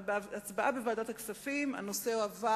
אבל בהצבעה בוועדת הכספים הנושא הועבר